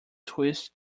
twist